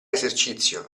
esercizio